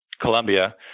Colombia